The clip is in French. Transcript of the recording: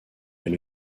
est